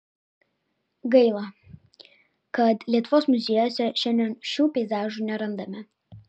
gaila kad lietuvos muziejuose šiandien šių peizažų nerandame